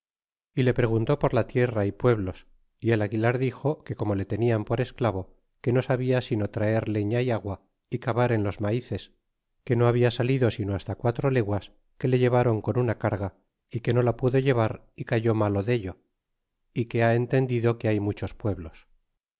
y le preguntó por la tierra y pueblos y el aguilar dixo que como le tenian por esclavo que no sabia sino traer leña y agua y cavar en los malees que no habia salido sino hasta quatro leguas que le llevron con una carga y que no la pudo llevar y cayó malo dello y que ha entendido que hay muchos pueblos